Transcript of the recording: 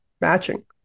matching